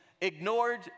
ignored